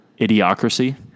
Idiocracy